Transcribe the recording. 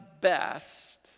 best